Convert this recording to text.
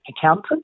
accountant